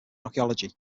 archaeology